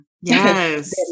Yes